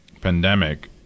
pandemic